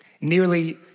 Nearly